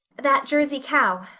that jersey cow.